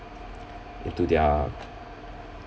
into their